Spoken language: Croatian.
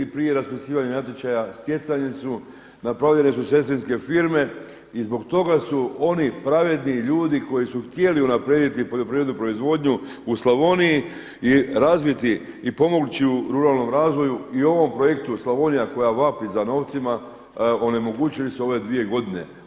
Prije raspisivanja natječaja stjecanjem su, napravljene su sestrinske firme i zbog toga su oni pravedni ljudi koji su htjeli unaprijediti poljoprivrednu proizvodnju u Slavoniji i razviti i pomoći u ruralnom razvoju i u ovom projektu Slavonija koja vapi za novcima onemogućili su ove dvije godine.